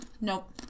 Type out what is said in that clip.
nope